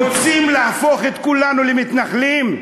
רוצים להפוך את כולנו למתנחלים?